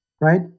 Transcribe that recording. right